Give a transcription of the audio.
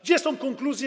Gdzie są konkluzje?